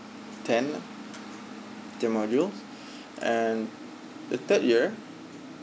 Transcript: ten ten modules and the third year